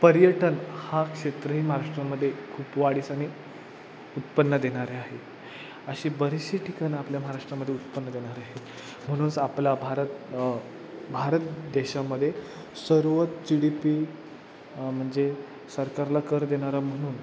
पर्यटन हा क्षेत्रही महाराष्ट्रामध्ये खूप वाढीस आणि उत्पन्न देणारे आहे अशी बरीचशी ठिकाणं आपल्या महाराष्ट्रामध्ये उत्पन्न देणारे आहेत म्हणूनच आपला भारत भारत देशामध्ये सर्वोच्च डी पी म्हणजे सरकारला कर देणारा म्हणून